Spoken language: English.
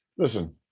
Listen